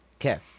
okay